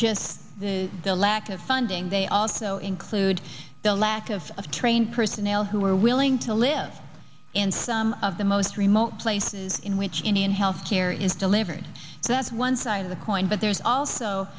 just the lack of funding they also include the lack of of trained personnel who are willing to live in some of the most remote places in which indian health care is delivered that's one side of the coin but there's also